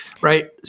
Right